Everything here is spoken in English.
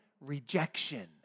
rejection